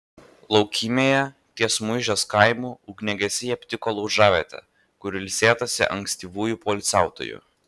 laukymėje ties muižės kaimu ugniagesiai aptiko laužavietę kur ilsėtasi ankstyvųjų poilsiautojų